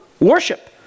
worship